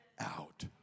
out